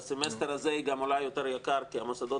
בסמסטר הזה היא גם עולה יותר יקר כי המוסדות